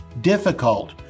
difficult